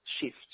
shift